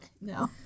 No